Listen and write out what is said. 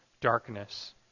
darkness